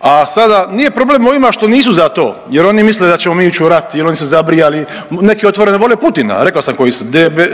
A sada nije problem ovima što nisu za to jer oni misle da ćemo mi ići u rat jer oni su zabrijali, neki otvoreno vole Putina, rekao sam koji su